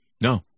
No